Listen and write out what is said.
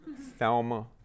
Thelma